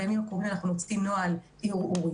בימים הקרובים אנחנו נוציא נוהל ערעורים,